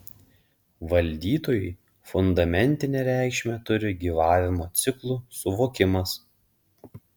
valdytojui fundamentinę reikšmę turi gyvavimo ciklų suvokimas